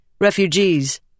Refugees